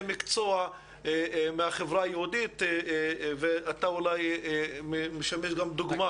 מקצוע מהחברה היהודית ואתה משמש גם דוגמה.